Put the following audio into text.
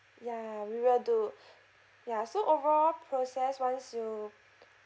ya we will do ya so overall process once you